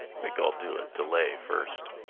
think i'll do a delay first